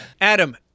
Adam